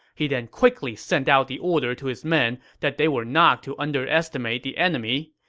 he then quickly sent out the order to his men that they were not to underestimate the enemy,